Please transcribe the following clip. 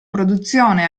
produzione